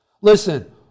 Listen